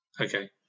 Okay